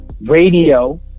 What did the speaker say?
radio